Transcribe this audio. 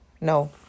No